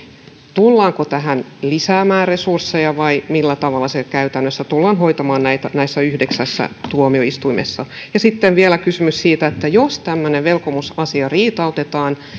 tullaanko tähän lisäämään resursseja vai millä tavalla se käytännössä tullaan hoitamaan näissä yhdeksässä tuomioistuimessa ja sitten vielä kysymys siitä jos tämmöinen velkomusasia riitautetaan